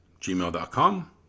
gmail.com